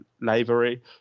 Lavery